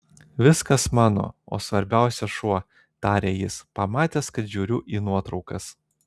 viskas mano o svarbiausia šuo tarė jis pamatęs kad žiūriu į nuotraukas